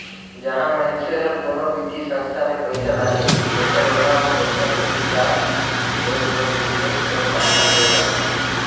जहां मइनसे हर कोनो बित्तीय संस्था ले पइसा लानिस तेकर ओला ओ पइसा कर हिसाब ले तोर बिजनेस कर पाटनर होए जाथे